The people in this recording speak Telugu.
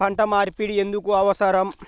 పంట మార్పిడి ఎందుకు అవసరం?